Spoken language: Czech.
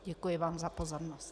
Děkuji vám za pozornost.